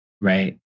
right